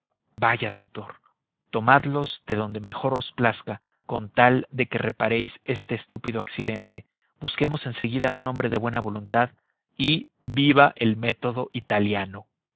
vaya doctor tomadlos de dónde mejor os plazca con tal de que reparéis este estúpido accidente busquemos en seguida un hombre de buena voluntad y viva el método italiano